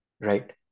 right